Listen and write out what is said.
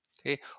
okay